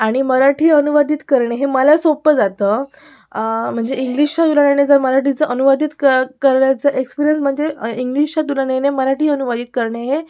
आणि मराठी अनुवादित करणे हे मला सोपं जातं म्हणजे इंग्लिशच्या तुलनेने जर मराठीचं अनुवादित कर करायचा एक्सपीरियन्स म्हणजे इंग्लिशच्या तुलनेने मराठी अनुवादित करणे हे